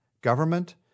government